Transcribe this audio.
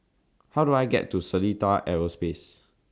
How Do I get to Seletar Aerospace